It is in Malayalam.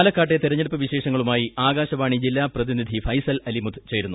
പാലക്കാട്ടെ തിരഞ്ഞെടുപ്പ് വിശേഷങ്ങളുമായി ആകാശവാണി ജില്ലാ പ്രതിനിധി ഫൈസൽ ആലിമുത്ത് ചേരുന്നു